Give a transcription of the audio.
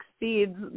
exceeds